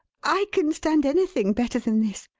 i can stand anything better than this.